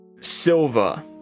Silva